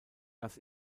das